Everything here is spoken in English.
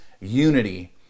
unity